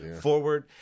forward